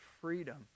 freedom